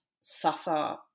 suffer